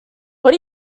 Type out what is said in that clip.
what